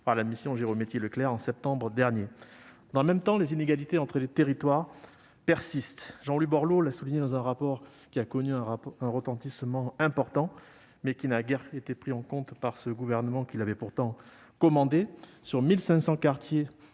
par la mission Girometti-Leclercq au mois de septembre dernier. Dans le même temps, les inégalités entre les territoires persistent. Jean-Louis Borloo l'a souligné dans un rapport qui a connu un retentissement important, mais qui n'a guère été pris en compte par ce gouvernement, qui l'avait pourtant commandé : sur les 1 500 quartiers